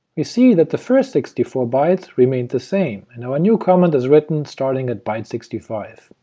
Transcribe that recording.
we see that the first sixty four bytes remained the same, and our new comment is written starting at byte sixty five,